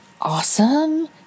awesome